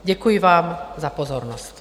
Děkuji vám za pozornost.